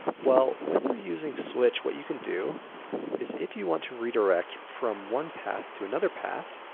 well, when you're using switch, what you can do is if you want to redirect from one path to another path,